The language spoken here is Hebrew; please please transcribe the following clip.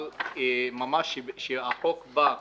אבל כאשר הצעת החוק באה